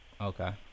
okay